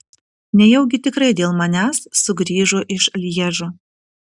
nejaugi tikrai dėl manęs sugrįžo iš lježo